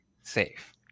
safe